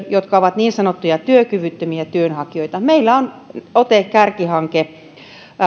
jotka ovat niin sanottuja työkyvyttömiä työnhakijoita meillä on ote kärkihanke